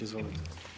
Izvolite.